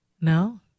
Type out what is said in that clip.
No